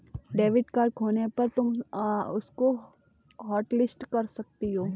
debit card खोने पर तुम उसको हॉटलिस्ट कर सकती हो